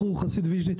בחור חסיד ויז'ניץ,